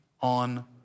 on